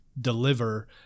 deliver